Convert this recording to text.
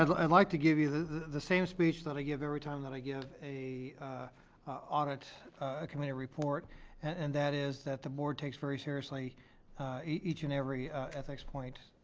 um i'd like to give you the the same speech that i give every time that i give an audit ah committee report and that is that the board takes very seriously each and every ethicspoint